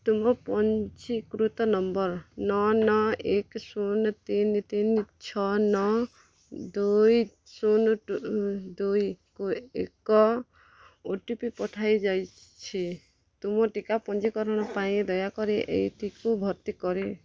ତୁମ ପଞ୍ଜୀକୃତ ନମ୍ବର୍ ନଅ ନଅ ଏକ ଶୂନ ତିନି ତିନି ଛଅ ନଅ ଦୁଇ ଶୂନ ଦୁଇକୁ ଏକ ଓ ଟି ପି ପଠାଯାଇଛି ତୁମ ଟିକା ପଞ୍ଜୀକରଣ ପାଇଁ ଦୟାକରି ଏଇଟିକୁ ଭର୍ତ୍ତି କର